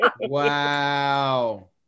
Wow